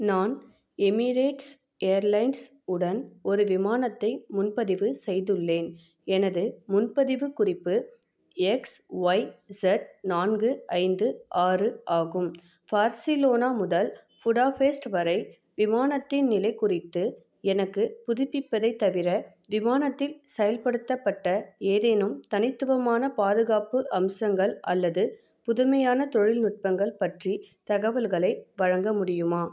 நான் Emirates Airlines உடன் ஒரு விமானத்தை முன்பதிவு செய்துள்ளேன் எனது முன்பதிவு குறிப்பு எக்ஸ் ஒய் ஸெட் நான்கு ஐந்து ஆறு ஆகும் பார்ஸிலோனா முதல் ஃபுடாஃபெஸ்ட் வரை விமானத்தின் நிலை குறித்து எனக்கு புதுப்பிப்பதைத் தவிர விமானத்தில் செயல்படுத்தப்பட்ட ஏதேனும் தனித்துவமான பாதுகாப்பு அம்சங்கள் அல்லது புதுமையான தொழில்நுட்பங்கள் பற்றி தகவல்களை வழங்க முடியுமா